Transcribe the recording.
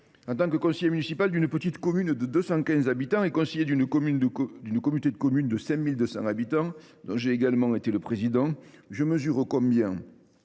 En tant que conseiller municipal d’une petite commune de 215 habitants et conseiller d’une communauté de communes de 5 200 habitants, dont j’ai également été le président, je mesure combien,